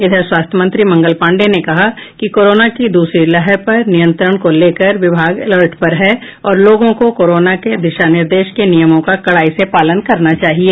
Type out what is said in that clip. इधर स्वास्थ्य मंत्री मंगल पांडेय ने कहा कि कोरोना की दूसरी लहर पर नियंत्रण को लेकर विभाग अलर्ट पर है और लोगों को कोरोना के दिशा निर्देश के नियमों का कड़ाई से पालन करना चाहिए